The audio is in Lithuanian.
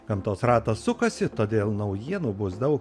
gamtos ratas sukasi todėl naujienų bus daug